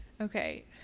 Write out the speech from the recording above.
Okay